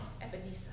Ebenezer